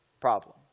problem